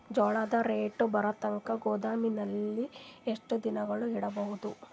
ಜೋಳ ರೇಟು ಬರತಂಕ ಗೋದಾಮಿನಲ್ಲಿ ಎಷ್ಟು ದಿನಗಳು ಯಿಡಬಹುದು?